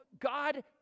God